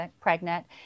pregnant